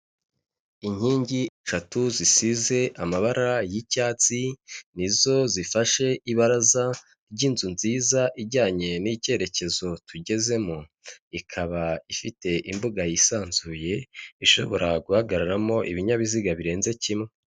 Inkingi eshatu zisize amabara y'icyatsi, nizo zifashe ibaraza ry'inzu nziza ijyanye n'icyerekezo tugezemo, ikaba ifite imbuga yisanzuye ishobora guhagararamo ibinyabiziga birenze kimwe.